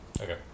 Okay